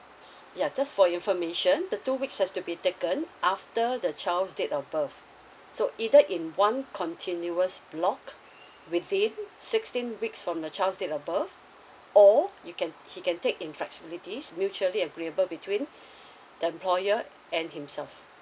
s~ ya just for your information the two weeks has to be taken after the child's date of birth so either in one continuous block within sixteen weeks from the child's date of birth or you can he can take in flexibilities mutually agreeable between the employer and himself